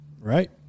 Right